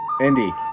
Indy